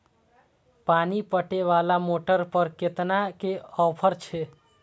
पानी पटवेवाला मोटर पर केतना के ऑफर छे?